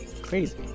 crazy